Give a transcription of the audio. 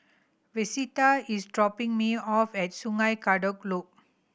Vesta is dropping me off at Sungei Kadut Loop